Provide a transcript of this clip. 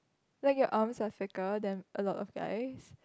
like your arms are thicker than a lot of guys